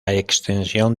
extensión